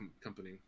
company